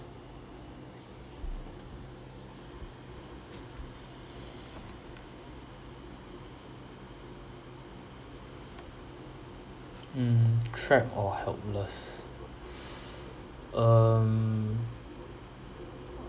mm trap or helpless um